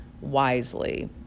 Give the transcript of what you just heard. wisely